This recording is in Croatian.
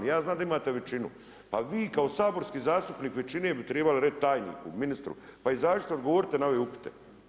Ja znam da imate većinu, ali vi kao saborski zastupnik većine bi trebali reći tajniku, ministru, pa izađite, odgovorite na ove upite.